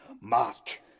Mark